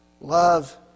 love